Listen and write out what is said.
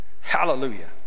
hallelujah